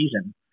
season